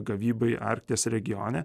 gavybai arkties regione